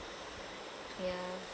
ya